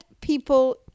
people